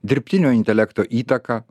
dirbtinio intelekto įtaka